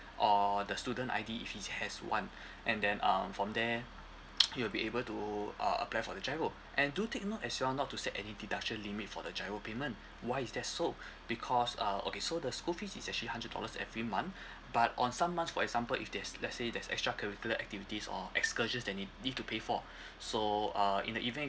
or the student I_D if he has one and then um from there you will be able to uh apply for the GIRO and do take note as well not to set any deduction limit for the GIRO payment why is that so because uh okay so the school fees is actually hundred dollars every month but on some months for example if there's let's say there's extracurricular activities or excursions that need need to pay for so uh in the event